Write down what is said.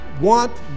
want